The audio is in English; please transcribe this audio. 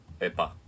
Epa